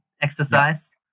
exercise